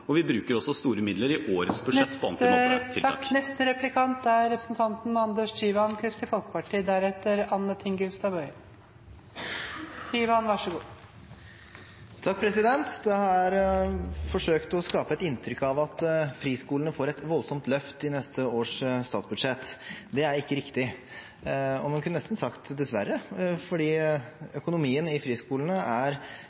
og vi bruker også store midler i årets budsjett på anti-mobbetiltak. Det er forsøkt å skape et inntrykk av at friskolene får et voldsomt løft i neste års statsbudsjett. Det er ikke riktig. Man kunne nesten sagt dessverre, for økonomien i friskolene er